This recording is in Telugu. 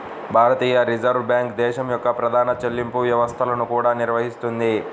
భారతీయ రిజర్వ్ బ్యాంక్ దేశం యొక్క ప్రధాన చెల్లింపు వ్యవస్థలను కూడా నిర్వహిస్తుంది